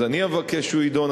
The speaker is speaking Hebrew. אני אבקש שהוא יידון.